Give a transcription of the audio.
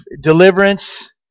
deliverance